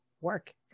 work